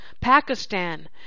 Pakistan